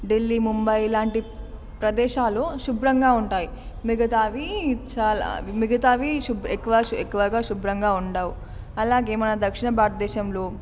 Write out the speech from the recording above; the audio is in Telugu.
ఢిల్లీ ముంబై ఇలాంటి ప్రదేశాలు శుభ్రంగా ఉంటాయి మిగతావి చాలా మిగతావి ఎక్కువగా శుభ్రంగా ఉండవు అలాగే మన దక్షిణ భారతదేశంలో